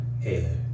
hey